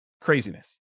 craziness